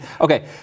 Okay